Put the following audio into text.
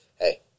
Hey